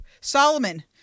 Solomon